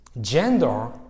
Gender